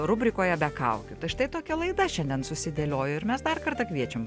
rubrikoje be kaukių štai tokia laida šiandien susidėliojo ir mes dar kartą kviečiam